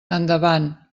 endavant